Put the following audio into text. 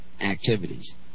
activities